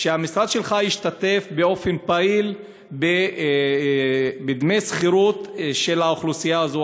שהמשרד שלך ישתתף באופן פעיל בדמי שכירות של האוכלוסייה הזאת,